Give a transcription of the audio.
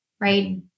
right